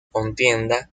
contienda